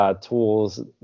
Tools